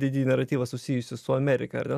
didijį naratyvą susijusį su amerika ar ne